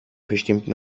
bestimmten